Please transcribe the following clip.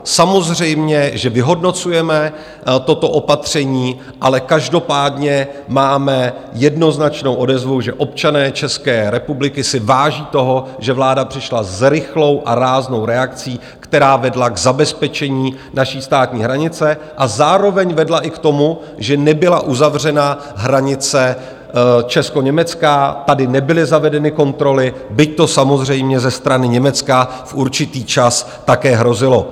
Samozřejmě že vyhodnocujeme toto opatření, ale každopádně máme jednoznačnou odezvu, že občané České republiky si váží toho, že vláda přišla s rychlou a ráznou reakcí, která vedla k zabezpečení naší státní hranice a zároveň vedla i k tomu, že nebyla uzavřena hranice českoněmecká, tady nebyly zavedeny kontroly, byť to samozřejmě ze strany Německa určitý čas také hrozilo.